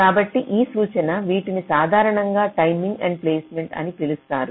కాబట్టి ఈ సూచన వీటిని సాధారణంగా టైమింగ్ ఎండ్ పాయింట్స్ అని పిలుస్తారు